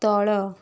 ତଳ